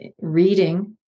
reading